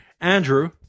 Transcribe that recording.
Andrew